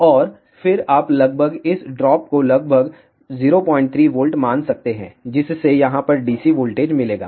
और फिर आप लगभग इस ड्रॉप को लगभग 03 V मान सकते हैं जिससे यहाँ पर DC वोल्टेज मिलेगा